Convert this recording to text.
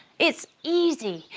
it's easy!